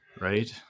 right